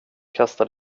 kasta